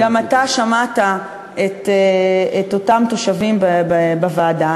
גם אתה שמעת את אותם תושבים בוועדה,